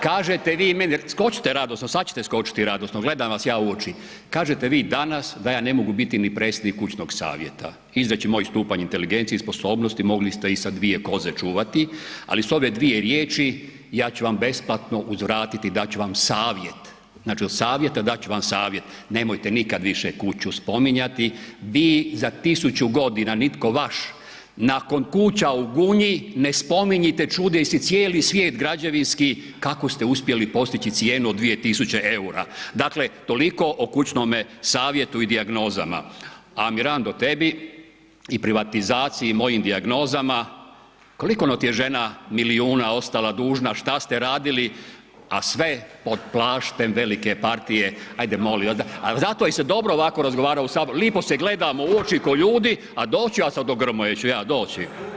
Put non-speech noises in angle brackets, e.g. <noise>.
Kažete vi meni …... [[Upadica se ne čuje.]] Skočite radosno, sada ćete skočiti radosno, gledam vas ja u oči, kažete vi danas da ja ne mogu biti ni predsjednik kućnog savjeta. ... <unintelligible> moj stupanj inteligencije i sposobnosti mogli ste i sa dvije koze čuvati ali s ove dvije riječi ja ću vam besplatno uzvratiti i dati ću vam savjet, znači od savjeta dati ću vam savjet, nemojte nikad više kuću spominjati, vi za tisuću godina i nitko vaš nakon kuća u Gunji ne spominjete, čudio se cijeli svijet građevinski kako ste uspjeli postići cijenu od 2 tisuće eura, dakle toliko o kućnome savjetu i dijagnozama a Mirando tebi i privatizaciji mojim dijagnozama, koliko ono ti je žena milijuna ostala dužna, šta ste radili, a sve pod plaštem velike partije, ajde molim vas da, al zato se je i dobro ovako razgovarao u HS, lipo se gledamo u oči ko ljudi, a doću ja sad do Grmoje ću ja doći.